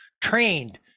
Trained